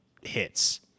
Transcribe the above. hits